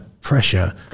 pressure